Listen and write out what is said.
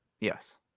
Yes